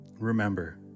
Remember